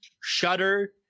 Shudder